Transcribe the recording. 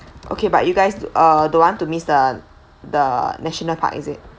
okay but you guys to ah don't want to miss the the national park is it